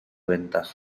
ventaja